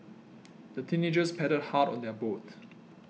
the teenagers paddled hard on their boat